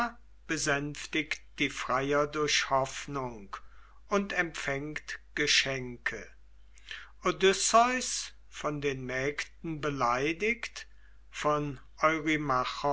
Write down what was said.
besänftigt die freier durch hoffnung und empfängt geschenke odysseus von den mägden beleidigt von